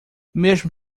mesmo